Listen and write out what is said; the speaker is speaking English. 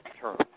term